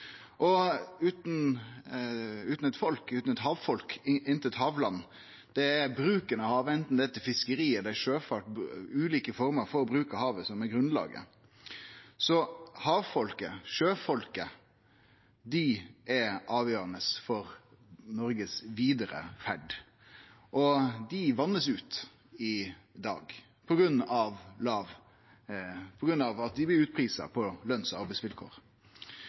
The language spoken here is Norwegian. og utan eit havfolk ikkje noko havland. Det er bruken av havet, anten det er til fiskeri eller til sjøfart, ulike former for bruk av havet, som er grunnlaget. Så havfolket, sjøfolket, er avgjerande for Noregs vidare ferd. Og dei vert utvatna i dag på grunn av at dei blir prisa ut når det gjeld løns- og arbeidsvilkår.